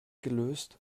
gelöst